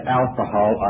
alcohol